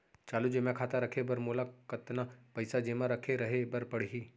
चालू जेमा खाता खोले बर मोला कतना पइसा जेमा रखे रहे बर पड़ही?